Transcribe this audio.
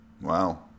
wow